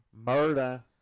Murder